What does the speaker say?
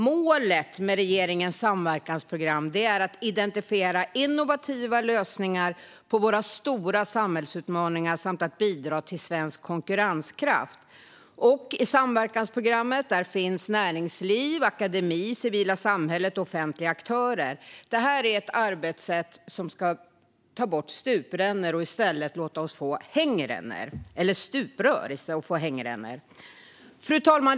Målet med regeringens samverkansprogram är att identifiera innovativa lösningar på våra stora samhällsutmaningar samt att bidra till svensk konkurrenskraft. I samverkansprogrammen finns näringsliv, akademi, det civila samhället och offentliga aktörer. Detta är ett arbetssätt som ska ta bort stuprör och i stället låta oss få hängrännor. Fru talman!